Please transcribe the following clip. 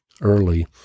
early